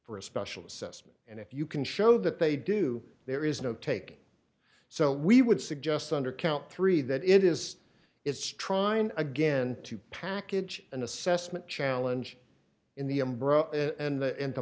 for a special assessment and if you can show that they do there is no take so we would suggest under count three that it is it's trying again to package an assessment challenge in the